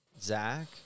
Zach